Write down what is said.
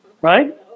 Right